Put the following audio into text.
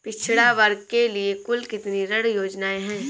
पिछड़ा वर्ग के लिए कुल कितनी ऋण योजनाएं हैं?